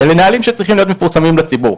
זה נהלים שצריכים להיות מפורסמים לציבור.